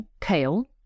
kale